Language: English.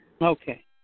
Okay